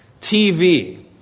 TV